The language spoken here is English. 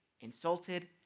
insulted